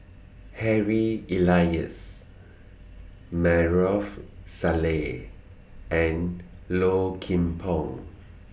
Harry Elias Maarof Salleh and Low Kim Pong